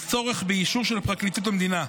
יש צורך באישור של פרקליטות המדינה,